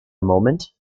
moment